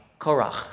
Korach